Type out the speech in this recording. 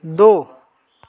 दो